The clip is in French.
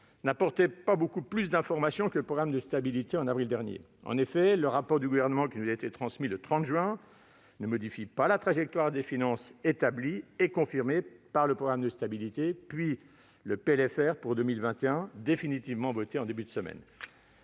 n'apportait pas beaucoup plus d'informations que le programme de stabilité présenté en avril dernier. En effet, le rapport du Gouvernement, qui nous a été transmis le 30 juin, ne modifie pas la trajectoire des finances établie et confirmée par le programme de stabilité, puis le projet de loi de finances rectificative pour 2021, définitivement voté en début de semaine.